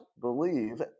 believe